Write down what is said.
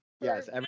Yes